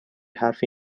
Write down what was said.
حرفی